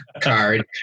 card